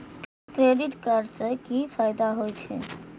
Credit card से कि फायदा होय छे?